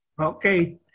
Okay